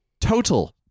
total